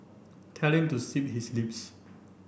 tell him to zip his lips